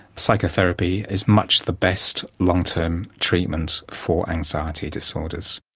psychotherapy is much the best long term treatment for anxiety disorders.